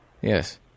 Yes